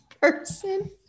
person